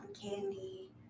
candy